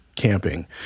camping